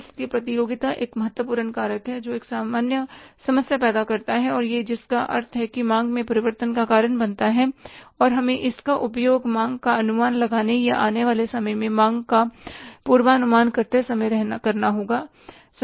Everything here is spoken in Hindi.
इसलिए प्रतियोगिता एक अन्य महत्वपूर्ण कारक है जो एक समस्या पैदा करता है या जिसका अर्थ है मांग में परिवर्तन का कारण बनता है और हमें इसका उपयोग मांग का अनुमान लगाने या आने वाले समय में मांग का पूर्वानुमान करते समय करना होगा